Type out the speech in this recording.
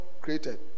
created